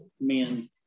men